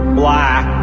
black